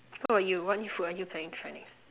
how about you what new food are you planning to try next